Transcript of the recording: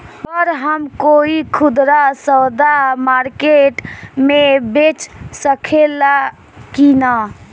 गर हम कोई खुदरा सवदा मारकेट मे बेच सखेला कि न?